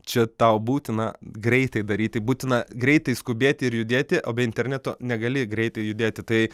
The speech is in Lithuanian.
čia tau būtina greitai daryti būtina greitai skubėti ir judėti o be interneto negali greitai judėti tai